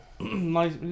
nice